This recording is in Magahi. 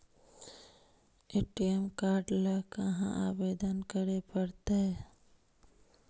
ए.टी.एम काड ल कहा आवेदन करे पड़तै?